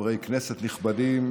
חברי כנסת נכבדים,